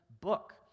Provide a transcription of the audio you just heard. book